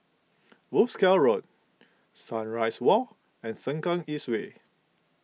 Wolskel Road Sunrise Walk and Sengkang East Way